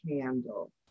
candle